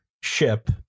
ship